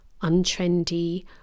untrendy